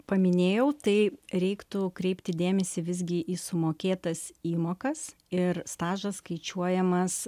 paminėjau tai reiktų kreipti dėmesį visgi į sumokėtas įmokas ir stažas skaičiuojamas